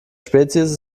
spezies